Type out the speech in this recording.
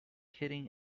hitting